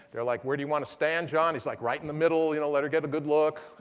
they're like, where do you want to stand, john? he's like, right in the middle. you know let her get a good look.